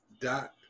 dot